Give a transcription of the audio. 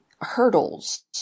hurdles